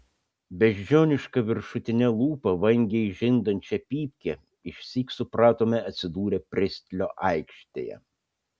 beždžioniška viršutine lūpa vangiai žindančią pypkę išsyk supratome atsidūrę pristlio aikštėje